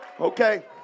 Okay